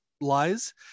Lies